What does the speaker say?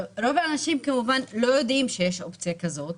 רוב האנשים כמובן לא יודעים שיש אופציה כזאת,